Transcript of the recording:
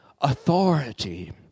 authority